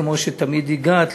כמו שתמיד הגעת,